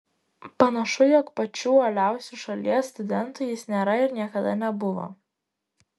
panašu jog pačiu uoliausiu šalies studentu jis nėra ir niekada nebuvo